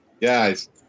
guys